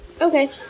Okay